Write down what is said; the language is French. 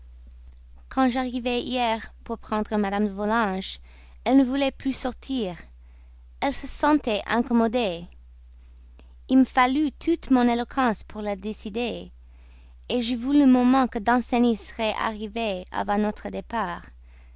quand j'arrivai hier pour prendre mme de volanges elle ne voulait plus sortir elle se sentait incommodée il me fallut toute mon éloquence pour la décider j'ai vu le moment que danceny serait arrivé avant notre départ